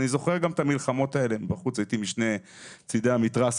אני זוכר גם את הצד השני של המתרס,